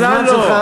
בכלל לא.